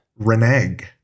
Reneg